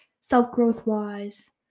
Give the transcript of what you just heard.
self-growth-wise